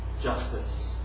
justice